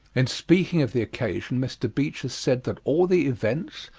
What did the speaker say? in speaking of the occasion mr. beecher said that all the events,